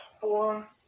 four